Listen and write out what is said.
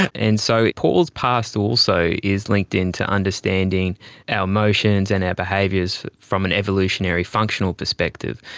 and so paul's past also is linked in to understanding our emotions and our behaviours from an evolutionary functional perspective.